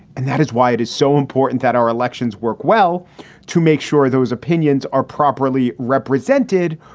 and that is why it is so important that our elections work well to make sure those opinions are properly represented,